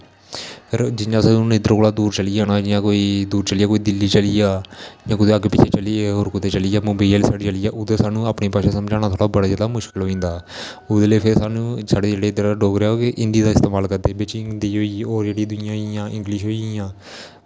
फिर जि'यां सानूं इद्धरा कोला दा दूर चली जाना होऐ जि'यां कोई दूर चली जा कोई दिल्ली चली जा जां होर कुतै अग्गें पिच्छें चली जा होर कुतै चली मुंबेई आह्ली साइड चली जा उत्थै सानूं अपनी भाशा समझाना बड़ा जादा मुश्कल होई जंदा ओह्दे लेई फ्ही सानूं जेह्ड़े साढ़ा डोगरा कि हिन्दी दा इस्तेमाल करदा बिच्च हिन्दी होई जेह्ड़ी दुइयां होई गेइयां इंग्लिश होई गेइयां